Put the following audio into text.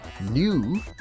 New